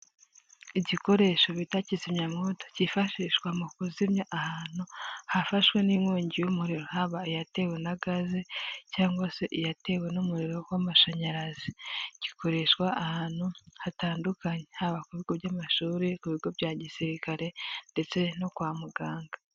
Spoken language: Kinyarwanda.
Igikoresho bita kizimyamwoto kifashishwa mu kuzimya ahantu hafashwe n'inkongi y'umuriro haba iyatewe na gaze cyangwa se iyatewe n'umuriro w'amashanyarazi, gikoreshwa ahantu hatandukanye haba ku bigo by'amashuri, ku bigo bya gisirikare ndetse no kwa muganga.